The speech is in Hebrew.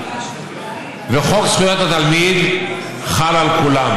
וחוק זכויות התלמיד חל על כולם.